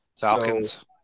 Falcons